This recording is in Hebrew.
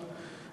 היכולת,